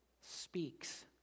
speaks